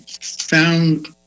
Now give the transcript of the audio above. found